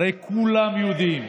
הרי כולם יודעים,